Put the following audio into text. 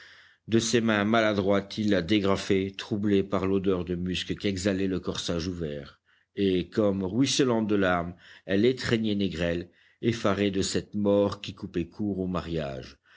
de ses mains maladroites il la dégrafait troublé par l'odeur de musc qu'exhalait le corsage ouvert et comme ruisselante de larmes elle étreignait négrel effaré de cette mort qui coupait court au mariage